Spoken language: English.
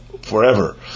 Forever